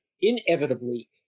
inevitably